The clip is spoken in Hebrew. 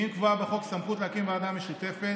אם קבועה בחוק סמכות להקים ועדה משותפת,